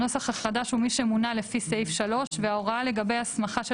הנוסח החדש הוא "מי שמונה לפי סעיף 3. וההוראה לגבי הסכמה של